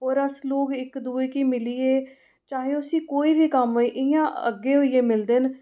होर अस लोक इक दुए गी मिलियै चाहे उसी कोई बी कम्म होए इयां अग्गें होइयै मिलदे न